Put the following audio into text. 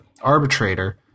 arbitrator